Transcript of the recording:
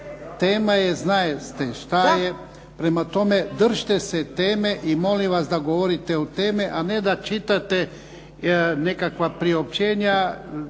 tema je zna se. Prema tome, držite se teme i molim vas da govorite o temi, a ne da čitate nekakva priopćenja